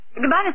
Goodbye